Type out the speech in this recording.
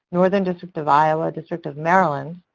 northern district of iowa, district of maryland,